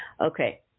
Okay